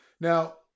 Now